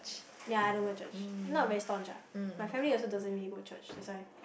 ya I don't go church not very staunch ah my family also doesn't really go church that's why